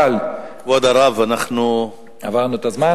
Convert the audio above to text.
כבוד הרב, אנחנו, עברנו את הזמן?